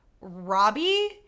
Robbie